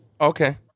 Okay